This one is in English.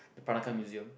the Peranakan Museum